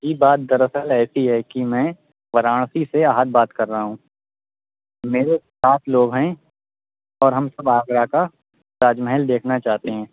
جی بات دراصل ایسی ہے کہ میں وارانسی سے احد بات کر رہا ہوں میرے سات لوگ ہیں اور ہم سب آگرہ کا تاج محل دیکھنا چاہتے ہیں